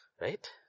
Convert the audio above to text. Right